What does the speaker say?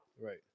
Right